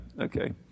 Okay